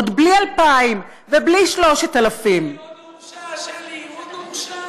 עוד בלי 2000, ובלי 3000, שלי, הוא עוד לא הורשע.